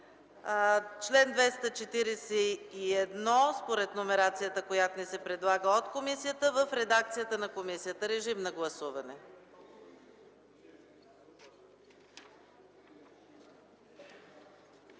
чл. 241 според номерацията, която ни се предлага от комисията, в редакцията на комисията. Гласували